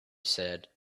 said